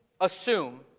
assume